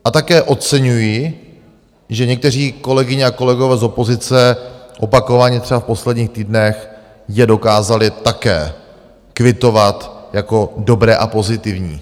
A také oceňuji, že někteří kolegové a kolegyně z opozice opakovaně třeba v posledních týdnech je dokázali také kvitovat jako dobré a pozitivní.